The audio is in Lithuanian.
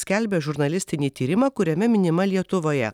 skelbia žurnalistinį tyrimą kuriame minima lietuvoje